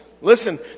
Listen